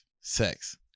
sex